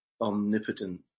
omnipotent